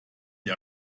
die